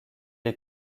les